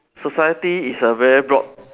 society is a very broad